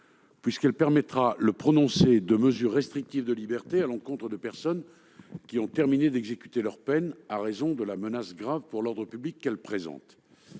: elle permettra le prononcé de mesures restrictives de liberté à l'encontre de personnes qui ont fini d'exécuter leur peine à raison de la menace grave pour l'ordre public qu'elles représentent.